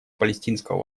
палестинского